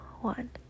one